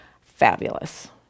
fabulous